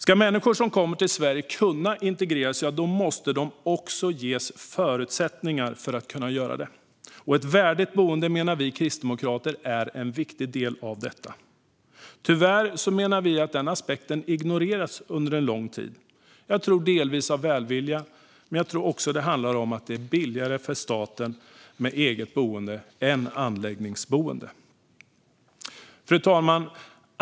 Om människor som kommer till Sverige ska integreras måste de också ges förutsättningar för att kunna göra det. Ett värdigt boende menar vi kristdemokrater är en viktig del i detta. Tyvärr, menar vi, har den aspekten ignorerats under en lång tid. Jag tror delvis att det är av välvilja, men jag tror också att det handlar om att det är billigare för staten med eget boende än med anläggningsboende. Fru talman!